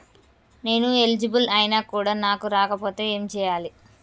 నేను ఎలిజిబుల్ ఐనా కూడా నాకు రాకపోతే ఏం చేయాలి?